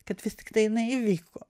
kad vis tiktai jinai įvyko